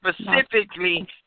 specifically